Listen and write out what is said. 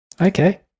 Okay